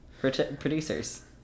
Producers